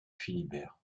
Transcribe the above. philibert